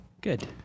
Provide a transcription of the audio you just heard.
good